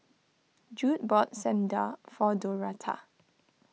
Jude bought Samdar for Doretta